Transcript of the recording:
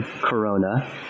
Corona